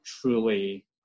truly